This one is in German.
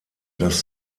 dass